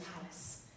palace